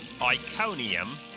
Iconium